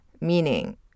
meaning